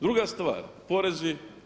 Druga stvar, porezi.